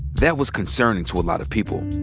that was concerning to a lot of people.